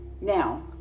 Now